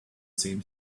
same